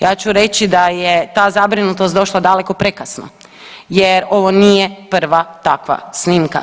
Ja ću reći da je ta zabrinutost došla daleko prekasno jer ovo nije prva takva snimka.